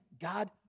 God